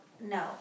No